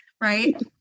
right